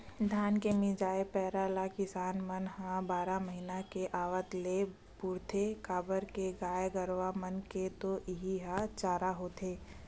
धान के मिंजाय पेरा ल किसान मन ह बारह महिना के आवत ले पुरोथे काबर के गाय गरूवा मन के तो इहीं ह चारा होथे